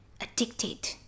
addicted